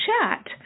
chat